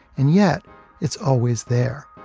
and yet it's always there,